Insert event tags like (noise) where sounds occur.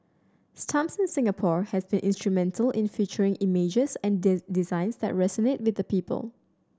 stamps in Singapore have been instrumental in featuring images and (unintelligible) designs that resonate with the people